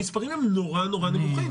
המספרים הם נמוכים מאוד.